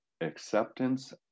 acceptance